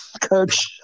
coach